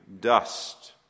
dust